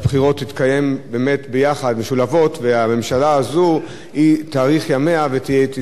והממשלה הזאת תאריך ימיה ותכהן בכל אופן עד סוף הקדנציה.